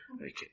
Okay